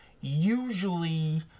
Usually